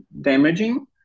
damaging